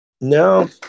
No